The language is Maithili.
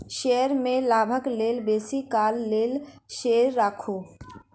शेयर में लाभक लेल बेसी काल लेल शेयर राखू